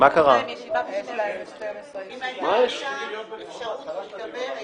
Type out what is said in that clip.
(הישיבה נפסקה בשעה 12:08 ונתחדשה בשעה 12:11.) אני